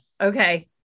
okay